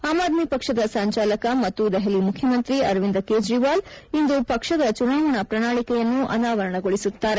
am Aadmi ಪಕ್ಷದ ಸಂಚಾಲಕ ಮತ್ತು ದೆಹಲಿ ಮುಖ್ಯಮಂತ್ರಿ ಅರವಿಂದ ಕೇಜ್ರಿವಾಲ್ ಇಂದು ಪಕ್ಷದ ಚುನಾವಣಾ ಪ್ರಣಾಳಿಕೆಯನ್ನು ಅನಾವರಣಗೊಳಿಸುತ್ತಾರೆ